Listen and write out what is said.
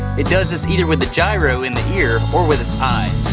it does this either with the gyro in the ear or with its eyes